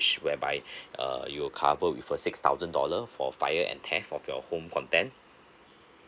whereby uh it will cover with a six thousand dollar for fire and theft of your home content